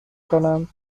کنم